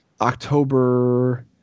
October